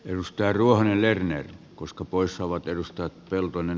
ennuste ruohonen lerner koska pois saavat hyviä tuloksia